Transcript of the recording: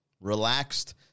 relaxed